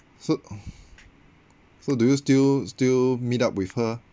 so so do you still still meet up with her